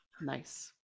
Nice